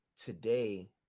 today